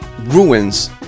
ruins